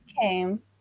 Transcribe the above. came